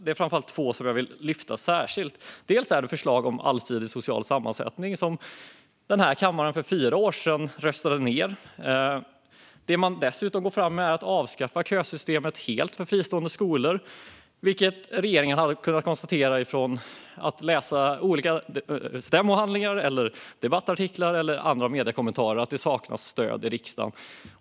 Det är framför allt två som jag särskilt vill lyfta. Dels är det förslaget om allsidig social sammansättning, som den här kammaren för fyra år sedan röstade ned. Dels är det förslaget om att helt avskaffa kösystemet för fristående skolor, vilket regeringen genom att läsa stämmohandlingar, debattartiklar och andra mediekommentarer lätt hade kunnat konstatera att det saknas stöd i riksdagen för.